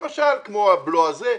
למשל, כמו הבלו הזה.